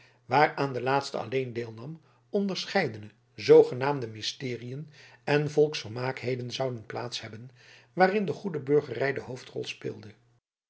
waaraan de laatste alleen deelnam onderscheidene zoogenaamde mysteriën en volksvermakelijkheden zouden plaats hebben waarin de goede burgerij de hoofdrol speelde